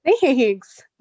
Thanks